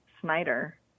Snyder